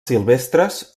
silvestres